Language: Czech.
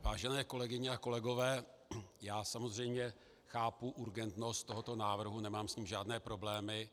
Vážené kolegyně a kolegové, samozřejmě chápu urgentnost tohoto návrhu, nemám s ním žádné problémy.